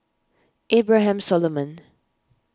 Abraham Solomon